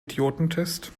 idiotentest